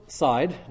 side